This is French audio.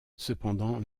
cependant